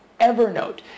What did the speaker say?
Evernote